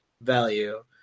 value